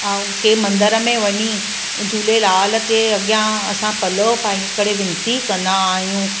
ऐं के मंदर में वञी झूलेलाल ते अॻियां असां पलउ पाई करे विनती कंदा आहियूं